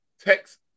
text